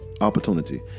opportunity